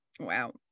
Wow